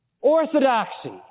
Orthodoxy